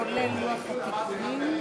לא,